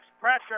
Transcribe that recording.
Pressure